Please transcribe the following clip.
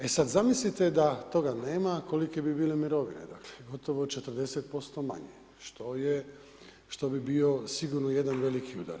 E sada zamislite da toga nema kolike bi bile mirovine, dakle gotovo 40% manje je, što bi bio sigurno jedan veliki udar.